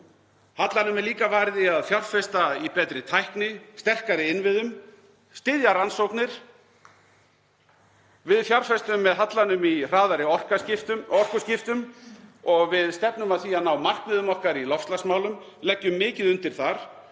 Hallanum er líka varið í að fjárfesta í betri tækni, sterkari innviðum og styðja rannsóknir; við fjárfestum með hallanum í hraðari orkuskiptum og stefnum að því að ná markmiðum í loftslagsmálum, leggjum mikið undir þar.